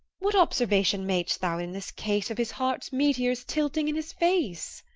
what observation mad'st thou in this case of his heart's meteors tilting in his face?